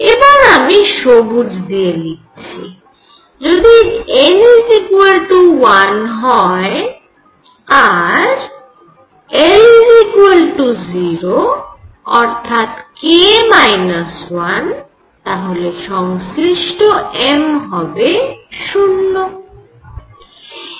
এবার আমি সবুজ দিয়ে লিখছি যদি n 1 হয় আর l 0 অর্থাৎ k - 1 তাহলে সংশ্লিষ্ট m হবে 0